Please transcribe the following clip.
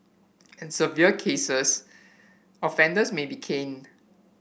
in severe cases offenders may be caned